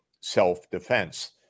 self-defense